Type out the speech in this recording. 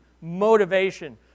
motivation